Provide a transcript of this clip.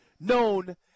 known